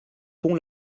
pont